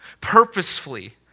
purposefully